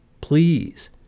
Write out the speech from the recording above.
Please